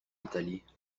italie